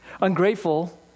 Ungrateful